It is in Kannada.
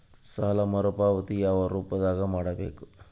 ಸಾಲ ಮರುಪಾವತಿ ಯಾವ ರೂಪದಾಗ ಮಾಡಬೇಕು?